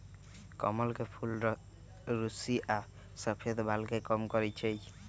कमल के फूल रुस्सी आ सफेद बाल के कम करई छई